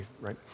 right